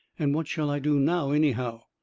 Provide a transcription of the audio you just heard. and what shall i do now, anyhow?